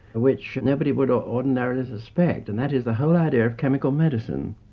which nobody would ordinarily suspect, and that is the whole idea of chemical medicine.